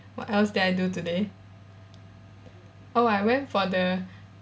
what else that I do today oh I went for the